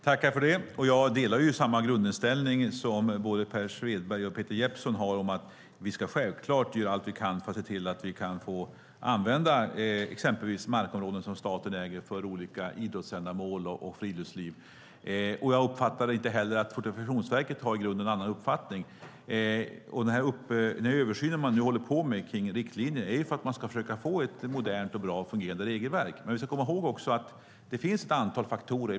Herr talman! Jag delar samma grundinställning som både Per Svedberg Peter Jeppsson har att vi självklart ska göra allt vi kan för att se till att vi kan få använda exempelvis markområden som staten äger för olika idrottsändamål och friluftsliv. Jag uppfattade inte heller att Fortifikationsverket i grunden har en annan uppfattning. Den översyn man nu håller på med av riktlinjer är för att man ska försöka få ett modernt och bra fungerande regelverk. Vi ska också komma ihåg att det finns ett antal faktorer.